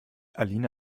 alina